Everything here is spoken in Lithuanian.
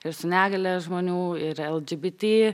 ir su negalia žmonių ir lgbt